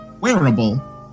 wearable